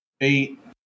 eight